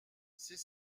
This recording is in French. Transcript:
c’est